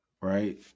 Right